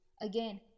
again